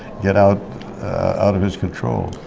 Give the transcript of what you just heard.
get out out of his control.